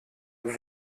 wer